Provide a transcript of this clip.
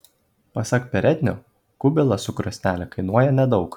pasak perednio kubilas su krosnele kainuoja nedaug